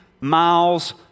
miles